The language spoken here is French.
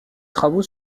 travaux